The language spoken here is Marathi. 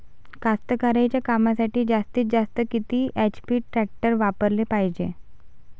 कास्तकारीच्या कामासाठी जास्तीत जास्त किती एच.पी टॅक्टर वापराले पायजे?